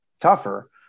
tougher